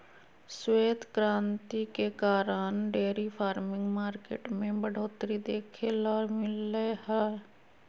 श्वेत क्रांति के कारण डेयरी फार्मिंग मार्केट में बढ़ोतरी देखे ल मिललय हय